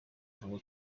ntabwo